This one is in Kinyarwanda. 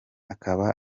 akaba